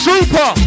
Super